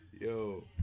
Yo